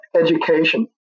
education